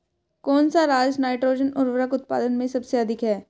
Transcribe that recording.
कौन सा राज नाइट्रोजन उर्वरक उत्पादन में सबसे अधिक है?